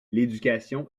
l’éducation